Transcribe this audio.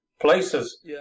places